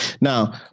Now